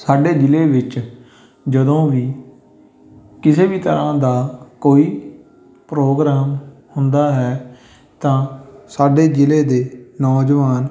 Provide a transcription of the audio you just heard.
ਸਾਡੇ ਜ਼ਿਲ੍ਹੇ ਵਿੱਚ ਜਦੋਂ ਵੀ ਕਿਸੇ ਵੀ ਤਰ੍ਹਾਂ ਦਾ ਕੋਈ ਪ੍ਰੋਗਰਾਮ ਹੁੰਦਾ ਹੈ ਤਾਂ ਸਾਡੇ ਜ਼ਿਲ੍ਹੇ ਦੇ ਨੌਜਵਾਨ